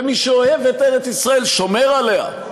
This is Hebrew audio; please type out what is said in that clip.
ומי שאוהב את ארץ-ישראל שומר עליה.